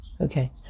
okay